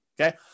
okay